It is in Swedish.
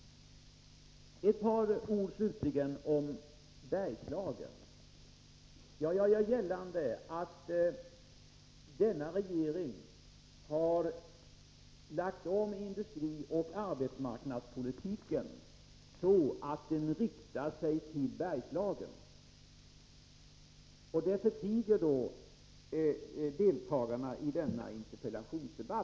Några ord slutligen om Bergslagen. Jag gör gällande att denna regering har lagt om industrioch arbetsmarknadspolitiken så att den riktar sig till Bergslagen. Det förtiger deltagarna i denna interpellationsdebatt.